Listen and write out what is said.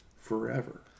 forever